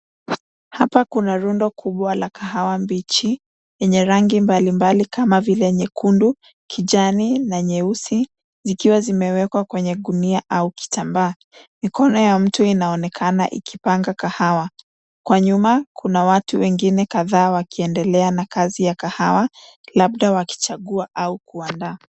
Hapa kuna rundo kubwa la kahawa mbichi yenye rangi mbalimbali kama vile nyekundu, kijani na nyeusi zikiwa zimewekwa kwenye gunia au kitambaa. Mikono ya mtu inaonekana ikipanga kahawa. Kwa nyuma kuna watu wengine kadhaa wakiendelea na kazi ya kahawa labda wakichagua au kuandaa.